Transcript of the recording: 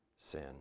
sin